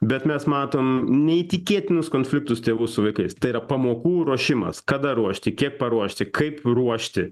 bet mes matom neįtikėtinus konfliktus tėvų su vaikais tai yra pamokų ruošimas kada ruošti kiek paruošti kaip ruošti